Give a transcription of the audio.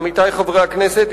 עמיתי חברי הכנסת,